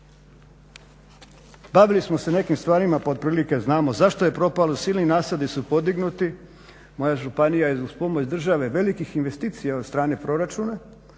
Bavili smo se nekim stvarima, pa otprilike znamo zašto je propalo. Silni nasadi su podignuti. Moja županija je uz pomoć države, velikih investicija od strane proračuna